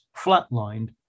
flatlined